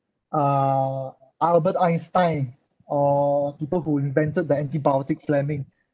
uh albert einstein or people who invented the antibiotic fleming